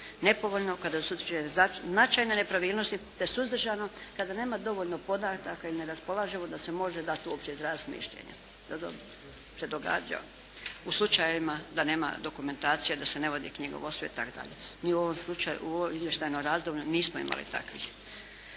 Nepovoljno kada se utječe na značajne nepravilnosti te suzdržano kada nema dovoljno podataka i ne raspolažemo da se može dati uopće izraziti mišljenje. … /Govornica se ne razumije./ … se događa u slučajevima da nema dokumentacije, da se ne vodi knjigovodstvo i tako dalje. Mi u ovom slučaju, u ovo izvještajno razdoblje nismo imali takvog